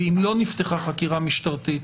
ואם לא נפתחה חקירה משטרתית,